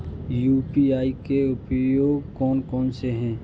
UPI के उपयोग कौन कौन से हैं?